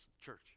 church